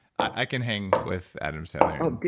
i can hang with adam sandler oh,